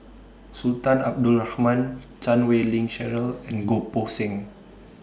Sultan Abdul Rahman Chan Wei Ling Cheryl and Goh Poh Seng